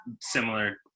similar